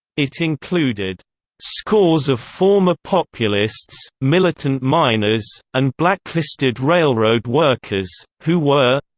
it included scores of former populists, militant miners, and blacklisted railroad workers, who were.